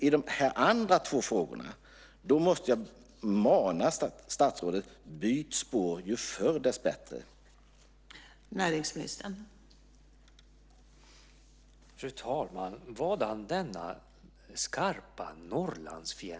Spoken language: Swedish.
I de andra två frågorna måste jag mana statsrådet: Byt spår, ju förr dess bättre!